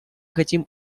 хотим